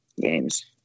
games